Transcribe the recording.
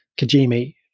Kajimi